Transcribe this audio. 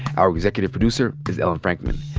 our executive producer is ellen frankman.